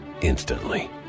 instantly